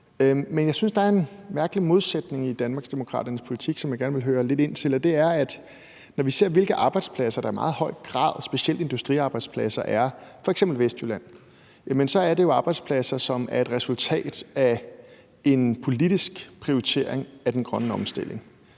Men jeg synes, at der er en mærkelig modsætning i Danmarksdemokraternes politik, som jeg gerne vil spørge lidt ind til. Når vi ser, hvilke arbejdspladser der i meget høj grad – specielt industriarbejdspladser – er i f.eks. Vestjylland, så er det jo arbejdspladser, som er et resultat af en politisk prioritering af den grønne omstilling.